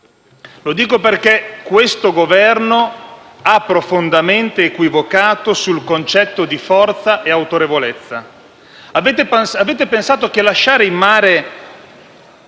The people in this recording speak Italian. lo dico perché questo Governo ha profondamente equivocato sul concetto di forza e autorevolezza. Avete pensato che lasciare in mare